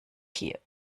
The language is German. hier